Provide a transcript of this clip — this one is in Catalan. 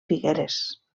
figueres